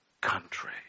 country